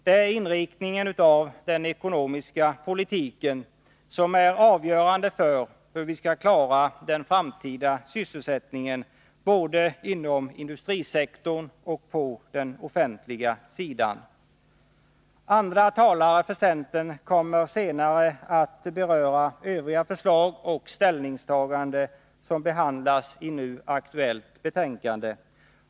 Det är inriktningen av den ekonomiska politiken som är avgörande för hur vi skall klara den framtida sysselsättningen, både inom industrisektorn och på den offentliga sidan. Andra talare för centern kommer senare att beröra övriga förslag och ställningstaganden i det nu aktuella betänkandet.